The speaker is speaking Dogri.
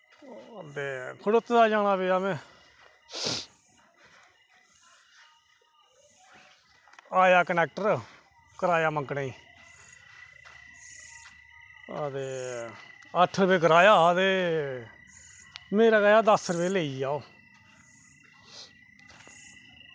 ओह् खड़ौते दे जाना पेआ में आया कंडक्टर किराया मंगने गी ते अट्ठ रपेऽ किराया हा ते मेरे कशा दस्स रपेऽ लेई गेआ ओह्